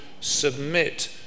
submit